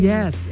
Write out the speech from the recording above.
Yes